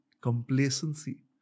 complacency